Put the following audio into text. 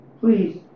please